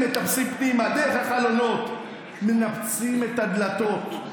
הם מטפסים פנימה דרך החלונות, מנפצים את הדלתות.